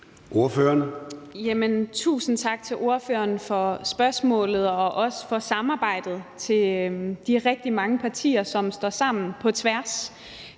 Tusind tak til ordføreren for spørgsmålet, og også tak for samarbejdet til de rigtig mange partier, som står sammen på tværs.